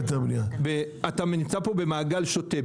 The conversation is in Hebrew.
אתה נמצא פה במעגל שוטה.